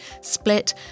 split